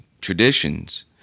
traditions